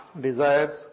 desires